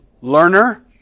Learner